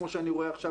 כמו שאני רואה עכשיו,